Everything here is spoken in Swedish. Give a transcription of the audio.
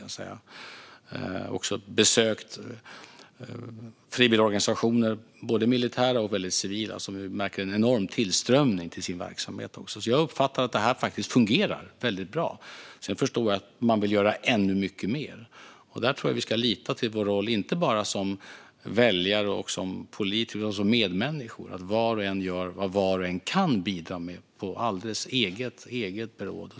Jag har också besökt frivilligorganisationer, både militära och civila, som märker en enorm tillströmning till sin verksamhet. Jag uppfattar alltså att detta faktiskt fungerar väldigt bra, även om jag förstår att man vill göra ännu mycket mer. Jag tror att vi, inte bara som väljare och politiker utan också som medmänniskor, ska lita på att var och en gör det var och en kan på alldeles eget beråd.